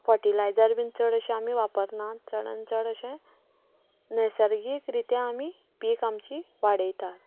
fertiliser बी चड अशें आमी वापरनात चडांत चड अशें नैसर्गीक रित्या आमी पीक आमची वाडयतात